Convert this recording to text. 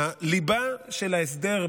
הליבה של ההסדר,